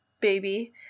baby